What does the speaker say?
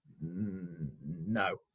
no